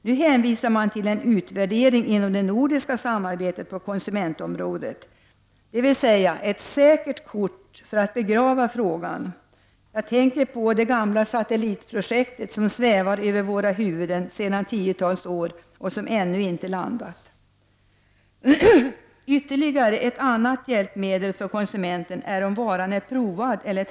Nu hänvisar man till en utvärdering inom det nordiska samarbetet på konsumentområdet. Det är ett säkert kort för att begrava frågan. Jag tänker då på det gamla satellitprojektet som svävar över våra huvuden sedan tiotals år tillbaka och som ännu inte har landat. Ytterligare ett hjälpmedel för konsumenten är om varan är provad.